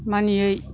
मानियै